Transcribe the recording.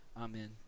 Amen